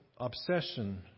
obsession